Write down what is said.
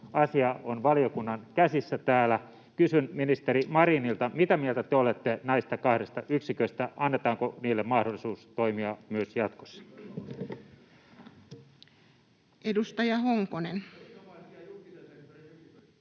asia on valiokunnan käsissä täällä. Kysyn ministeri Marinilta: Mitä mieltä te olette näistä kahdesta yksiköstä? Annetaanko niille mahdollisuus toimia myös jatkossa? [Aki Lindén: